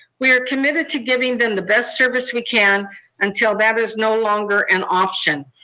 we are committed to giving them the best service we can until that is no longer an option.